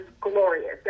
glorious